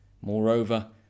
Moreover